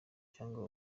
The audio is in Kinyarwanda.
cyangwa